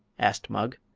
asked mugg.